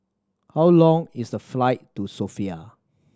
how long is the flight to Sofia